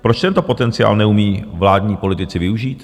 Proč tento potenciál neumí vládní politici využít?